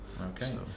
okay